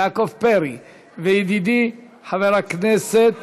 יעקב פרי וידידי חבר הכנסת